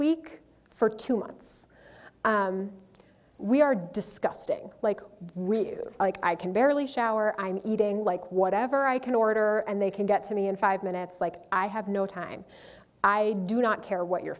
week for two months we are disgusting like you i can barely shower i'm eating like whatever i can order and they can get to me in five minutes like i have no time i do not care what you